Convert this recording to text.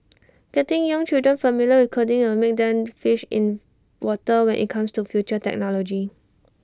getting young children familiar with coding will make them fish in water when IT comes to future technology